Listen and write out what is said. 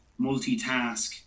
multitask